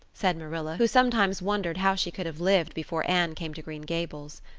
said marilla, who sometimes wondered how she could have lived before anne came to green gables,